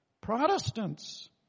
Protestants